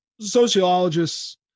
sociologists